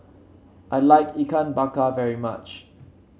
I like Ikan Bakar very much